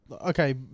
Okay